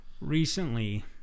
Recently